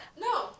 no